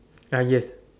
ah yes